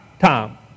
Tom